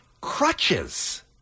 crutches